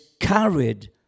carried